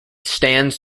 stands